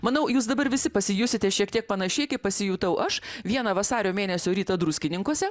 manau jūs dabar visi pasijusite šiek tiek panašiai kaip pasijutau aš vieną vasario mėnesio rytą druskininkuose